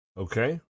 Okay